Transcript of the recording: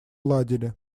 ладили